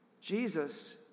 Jesus